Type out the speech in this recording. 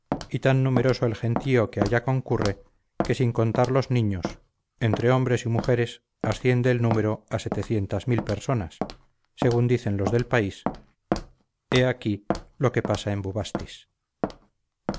y tan numeroso el gentío que allá concurre que sin contar los niños entre hombres y mujeres asciende el número a personas según dicen los del país he aquí lo que pasa en